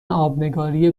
آبنگاری